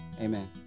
Amen